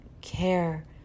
care